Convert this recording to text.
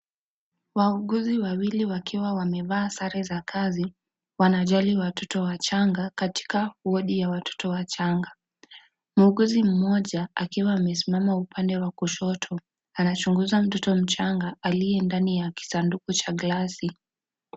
Wauguzi wawili wakiwa wamevaa sare za kazi wanajali watoto wachanga katika wadi ya watoto wachanga muuguzi mmoja akiwa amesimama upande wa kushoto anachunguza mtoto mchanga aliye ndani ya kisanduku cha glasi.